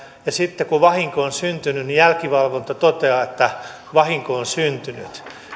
ja sitten kun vahinko on syntynyt jälkivalvonta toteaa että vahinko on syntynyt